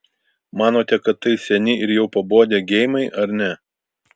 manote kad tai seni ir jau pabodę geimai ar ne